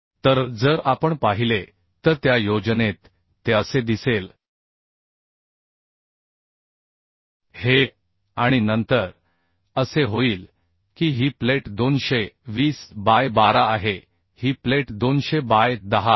तर जर आपण पाहिले तर त्या योजनेत ते असे दिसेल हे आणि नंतर असे होईल की ही प्लेट 220 बाय 12 आहे ही प्लेट 200 बाय 10 आहे